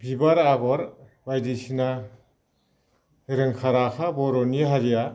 बिबार आगर बायदिसिना रोंखा राखा बर'नि हारिया